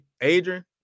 adrian